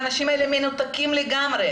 האנשים האלה מנותקים לגמרי,